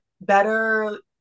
better